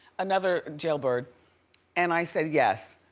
another jailbird and i said yes.